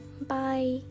bye